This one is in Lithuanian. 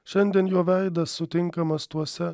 šiandien jo veidas sutinkamas tuose